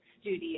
Studio